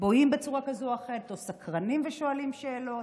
בוהים בצורה כזאת או אחרת או סקרנים ושואלים שאלות.